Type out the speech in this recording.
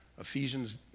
Ephesians